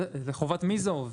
לחובת מי זה עובד?